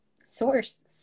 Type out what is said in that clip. source